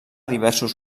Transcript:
diversos